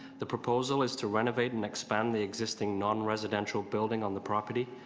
the proposal is to renovate and expand the existing non-residential building on the property.